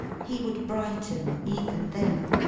he would brighten even then,